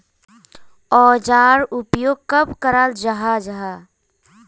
औजार उपयोग कब कराल जाहा जाहा?